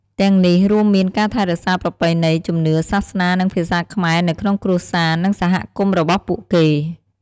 ទាំងនេះរួមមានការថែរក្សាប្រពៃណី ជំនឿ សាសនា និងភាសាខ្មែរនៅក្នុងគ្រួសារ និងសហគមន៍របស់ពួកគេ។